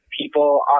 people